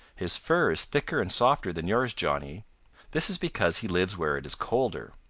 his fur is thicker and softer than yours, johnny this is because he lives where it is colder.